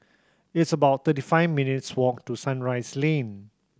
it's about thirty five minutes' walk to Sunrise Lane